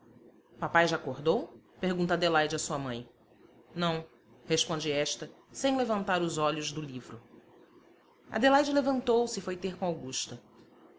papai já acordou pergunta adelaide à sua mãe não responde esta sem levantar os olhos do livro adelaide levantou-se e foi ter com augusta